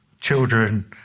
children